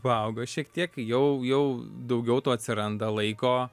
paaugo šiek tiek jau jau daugiau to atsiranda laiko